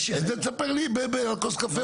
את זה תספר לי בכוס קפה.